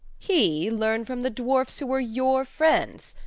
he learn from the dwarfs who are your friends!